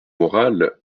morale